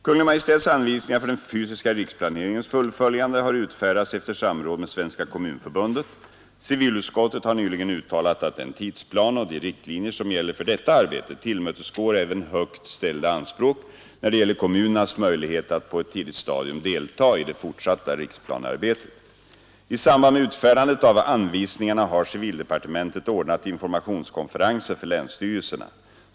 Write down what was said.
Kungl. Maj:ts anvisningar för den fysiska riksplaneringens fullföljande har utfärdats efter samråd med Svenska kommunförbundet. Civilutskottet har nyligen uttalat att den tidsplan och de riktlinjer som gäller för detta arbete tillmötesgår även mycket högt ställda anspråk när det gäller kommunernas möjlighet att på ett tidigt stadium delta i det fortsatta riksplanearbetet. I samband med utfärdandet av anvisningarna har civildepartementet ordnat informationskonferenser för länsstyrelserna.